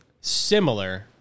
similar